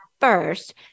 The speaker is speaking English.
first